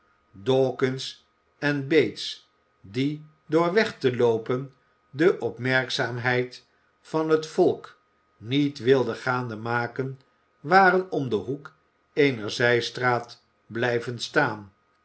dawkins en bates die door weg te ioopen de opmerkzaamheid van het volk niet wilden gaande maken waren om den hoek eener zijstraat blijven staan